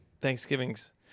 Thanksgivings